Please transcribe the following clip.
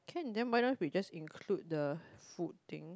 can then why don't we just include the food thing